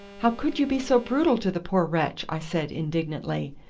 how could you be so brutal to the poor wretch? i said indignantly.